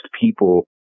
people